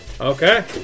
Okay